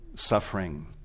suffering